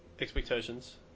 Expectations